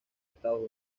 estados